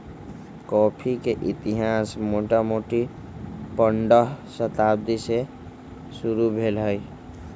coffee के इतिहास मोटामोटी पंडह शताब्दी से शुरू भेल हइ